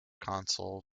consul